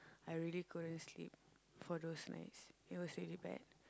I really couldn't sleep for those nights it was really bad